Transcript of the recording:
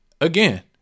again